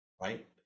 right